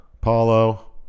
Paulo